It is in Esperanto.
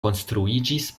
konstruiĝis